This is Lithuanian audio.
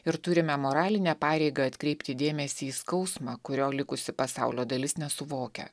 ir turime moralinę pareigą atkreipti dėmesį į skausmą kurio likusi pasaulio dalis nesuvokia